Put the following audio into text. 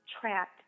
trapped